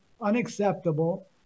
unacceptable